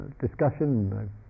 discussion